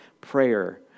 prayer